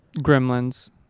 gremlins